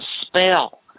spell